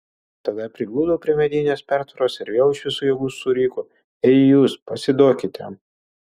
tada prigludo prie medinės pertvaros ir vėl iš visų jėgų suriko ei jūs pasiduokite